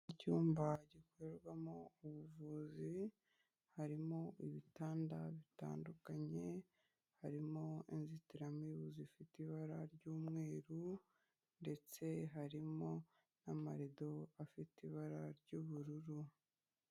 Icyumba gikorerwamo ubuvuzi, harimo ibitanda bitandukanye, harimo inzitiramibu zifite ibara ry'umweru, ndetse harimo n'amarido afite ibara ry'ubururu.